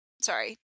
sorry